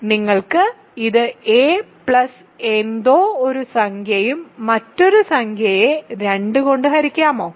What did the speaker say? നിങ്ങൾക്ക് ഇത് a എന്തോ ഒരു സംഖ്യയും മറ്റൊരു സംഖ്യയെ 2 കൊണ്ട് ഹരിക്കാമോ